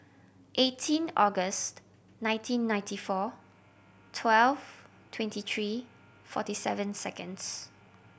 eighteen August nineteen ninety four twelve twenty three forty seven seconds